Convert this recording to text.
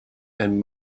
and